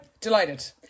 delighted